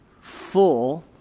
full